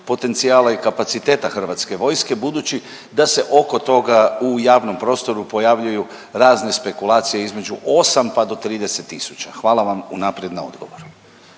potencijala i kapaciteta Hrvatske vojske budući da se oko toga u javnom prostoru pojavljuju razne spekulacije između 8 pa do 30 000. Hvala vam unaprijed na odgovoru.